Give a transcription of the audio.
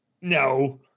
no